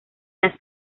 las